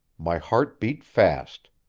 my heart beat fast.